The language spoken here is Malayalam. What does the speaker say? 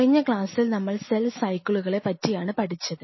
കഴിഞ്ഞ ക്ലാസ്സിൽ നമ്മൾ സെൽ സൈക്കിളുകളെ പറ്റിയാണ് പഠിച്ചത്